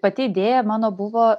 pati idėja mano buvo